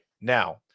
now